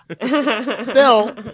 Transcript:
Bill